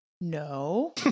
no